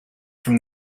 from